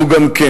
זו גם כן.